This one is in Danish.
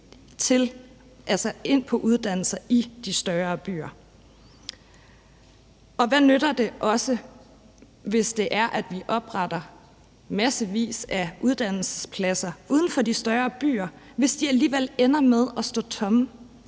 ind på uddannelser i de større byer. Og hvad nytter det også, hvis vi opretter massevis af uddannelsespladser uden for de større byer, og de alligevel ender med at stå tomme?